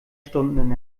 stunden